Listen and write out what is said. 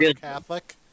Catholic